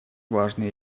важные